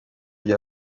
bya